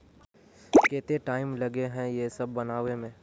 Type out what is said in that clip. केते टाइम लगे है ये सब बनावे में?